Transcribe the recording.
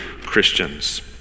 Christians